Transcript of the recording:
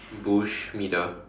bush middle